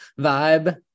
vibe